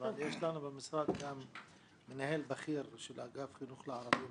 יש לנו במשרד גם מנהל בכיר של אגף חינוך ערבי,